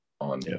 on